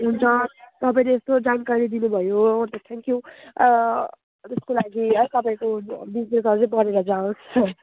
हुन्छ तपाईँले यस्तो जानकारी दिनुभयो अनि त थ्याङ्क यु यसको लागि है तपाईँको बिजनेस अझै बढेर जाओस्